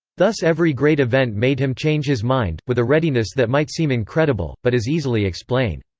thus every great event made him change his mind, with a readiness that might seem incredible, but is easily explained.